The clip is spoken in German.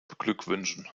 beglückwünschen